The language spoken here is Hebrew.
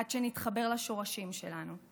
עד שנתחבר לשורשים שלנו,